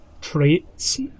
traits